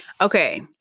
Okay